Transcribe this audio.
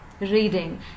Reading